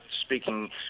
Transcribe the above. speaking